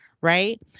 right